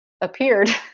appeared